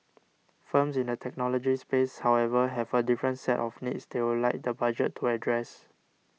firms in the technology space however have a different set of needs they would like the Budget to address